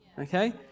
okay